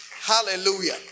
Hallelujah